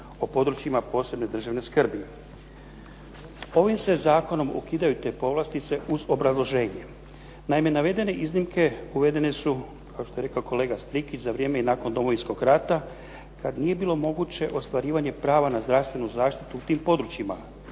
o područjima posebne državne skrbi. Ovim se zakonom ukidaju te povlastice uz obrazloženje. Naime, navedene iznimke uvedene su kao što je rekao kolega Strikić za vrijeme i nakon Domovinskog rata kad nije bilo moguće ostvarivanje prava na zdravstvenu zaštitu u tim područjima.